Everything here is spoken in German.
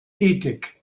ethik